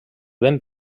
ben